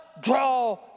draw